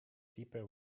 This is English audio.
people